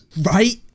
Right